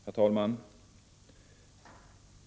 Herr talman!